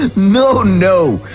ah no no,